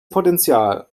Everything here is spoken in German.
potenzial